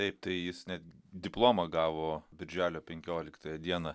taip tai jis net diplomą gavo birželio penkioliktąją dieną